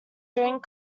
during